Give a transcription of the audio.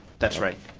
that's right.